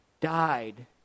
died